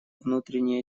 внутренние